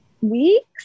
weeks